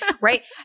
Right